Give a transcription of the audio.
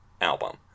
album